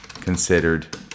considered